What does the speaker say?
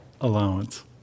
allowance